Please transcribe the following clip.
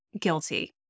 guilty